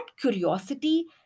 curiosity